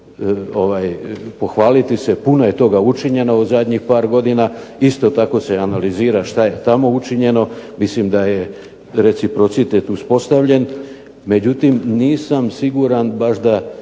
Puno je toga učinjeno u zadnjih par godina. Isto tako se analizira što je tamo učinjeno. Mislim da je reciprocitet uspostavljen, međutim nisam siguran baš da